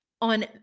on